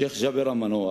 שיח' ג'בר המנוח